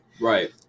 Right